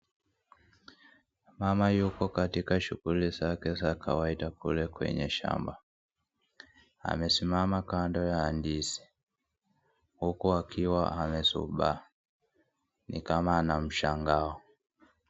Mama yuko katika shughuli zake za kawaida kule kwenye shamba amesimama kando ya ndizi huku akiwa amezubaa ni kama ana mshangao.